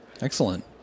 Excellent